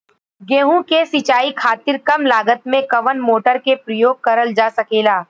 गेहूँ के सिचाई खातीर कम लागत मे कवन मोटर के प्रयोग करल जा सकेला?